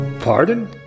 pardon